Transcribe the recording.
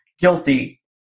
guilty